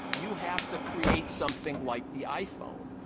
you have to create something like the iphone,